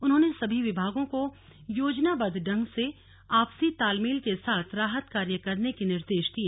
उन्होंने सभी विभागों को योजनाबद्ध ढंग से और आपसी तालमेल के साथ राहत कार्य करने के निर्देश दिए